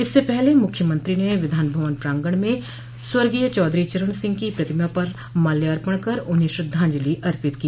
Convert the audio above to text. इससे पहले मुख्यमंत्री ने विधानभवन प्रांगण में स्वर्गीय चौधरी चरण सिंह की प्रतिमा पर माल्यार्पण कर उन्हें श्रद्धांजलि अर्पित की